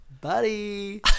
Buddy